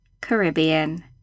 Caribbean